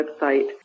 website